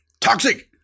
toxic